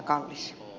kallis